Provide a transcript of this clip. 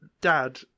Dad